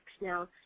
now